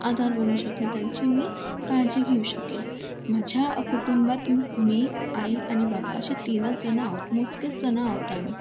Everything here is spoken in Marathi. आधार बनू शकेल त्यांची मी काळजी घेऊ शकेन माझ्या कुटुंबात मी आई आणि बाबा असे तीनच जण आहोत मोजकेच जण आहोत आम्ही